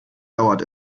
dauert